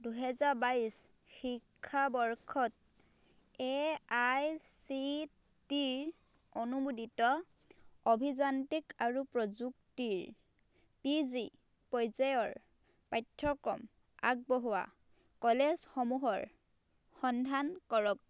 দুহেজা বাইছ শিক্ষাবৰ্ষত A I C T E অনুমোদিত অভিযান্ত্ৰিক আৰু প্ৰযুক্তিৰ পি জি পৰ্যায়ৰ পাঠ্যক্ৰম আগবঢ়োৱা কলেজসমূহৰ সন্ধান কৰক